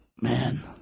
Man